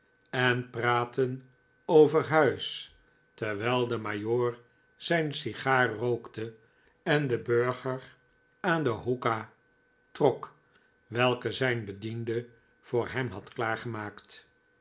en praatten over huis terwijl de majoor zijn sigaar rookte en de burger aan de hookah trok welke zijn bediende voor hem had klaargemaakt